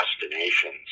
destinations